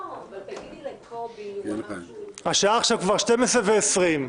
השעה עכשיו כבר 12:20,